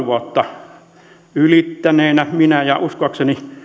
vuotta ylittäneenä minä ja uskoakseni